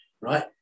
right